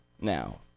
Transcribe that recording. now